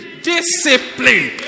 Discipline